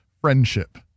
friendship